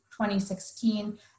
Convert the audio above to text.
2016